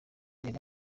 yari